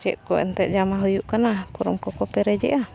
ᱪᱮᱫ ᱠᱚ ᱮᱱᱛᱮᱫ ᱡᱚᱢᱟ ᱦᱩᱭᱩᱜ ᱠᱟᱱᱟ ᱯᱷᱚᱨᱢ ᱠᱚᱠᱚ ᱯᱮᱨᱮᱡᱮᱜᱼᱟ